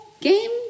game